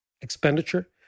expenditure